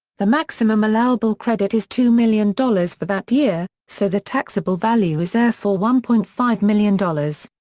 the maximum allowable credit is two million dollars for that year, so the taxable value is therefore one point five million dollars.